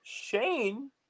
Shane